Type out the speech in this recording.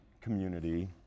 community